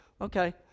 okay